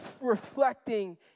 reflecting